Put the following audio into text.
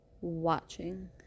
watching